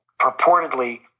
purportedly